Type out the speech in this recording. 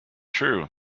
true